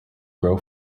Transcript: grow